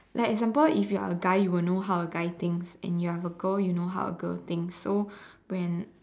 like example if you are guy you will know how a guy thinks and you are a girl you know how a girls thinks so when